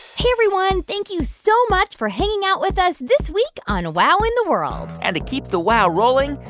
hey, everyone. thank you so much for hanging out with us this week on wow in the world and to keep the wow rolling,